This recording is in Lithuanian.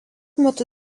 metu